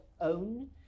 own